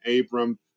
Abram